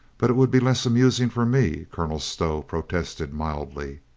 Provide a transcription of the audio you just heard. but it would be less amusing for me, colonel stow protested mildly.